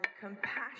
compassion